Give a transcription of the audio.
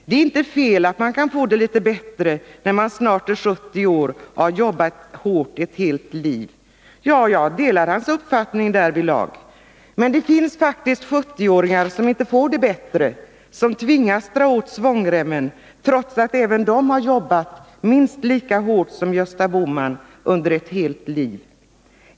Det är inte fel att man kan få det litet bättre när man snart är 70 och har jobbat hårt ett helt liv.” Ja, jag delar Gösta Bohmans uppfattning därvidlag. Men det finns faktiskt 70-åringar som inte får det bättre, som tvingas dra åt svångremmen trots att även de har jobbat minst lika hårt som Gösta Bohman under ett helt liv.